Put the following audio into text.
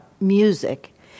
music